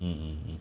mmhmm